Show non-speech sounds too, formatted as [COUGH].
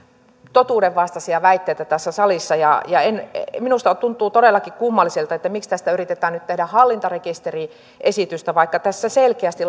totuudenvastaisia väitteitä tässä salissa ja minusta tuntuu todellakin kummalliselta se miksi tästä yritetään nyt tehdä hallintarekisteriesitystä vaikka tässä selkeästi [UNINTELLIGIBLE]